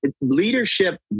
leadership